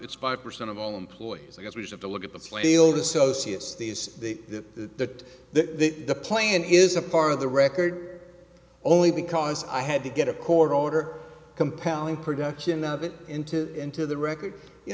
it's five percent of all employers i guess we have to look at the flailed associates these that the plane is a part of the record only because i had to get a court order compelling production of it into into the record you